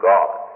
God